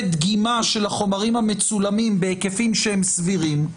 דגימה של החומרים המצולמים בהיקפים סבירים.